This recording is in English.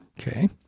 Okay